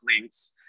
links